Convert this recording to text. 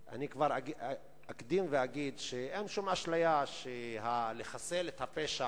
אני אקדים ואגיד שאין שום אשליה שאפשר לחסל את הפשע,